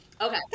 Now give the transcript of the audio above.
Okay